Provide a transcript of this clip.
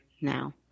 now